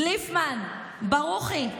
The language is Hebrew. דליפמן, ברוכי,